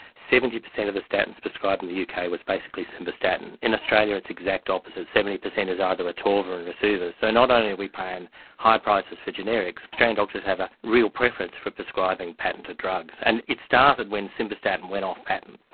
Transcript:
seventy percent of the statins prescribed in the uk was basically simvastatin. in australia it's the exact opposite, seventy percent is either atorva or and rosuva. so not only are we paying high prices for generics, australian doctors have a real preference for prescribing patented drugs. and it started when simvastatin went off patent.